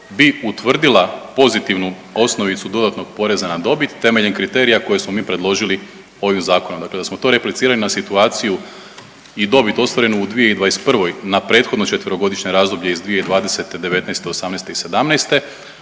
bi utvrdila pozitivnu osnovicu dodatnog poreza na dobit temeljem kriterije koje smo mi predložili ovim zakonom. Dakle da smo to replicirali na situaciji i dobit ostvarenu u 2021. na prethodno četverogodišnje razdoblje iz 2020., '19., '18. i '17.,